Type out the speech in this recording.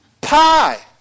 Pie